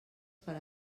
per